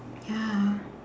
ya